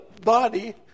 body